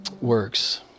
works